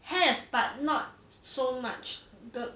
have but not so much the